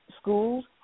schools